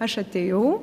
aš atėjau